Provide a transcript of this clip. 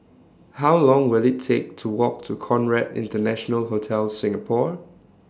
How Long Will IT Take to Walk to Conrad International Hotel Singapore